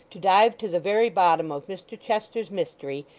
to dive to the very bottom of mr chester's mystery,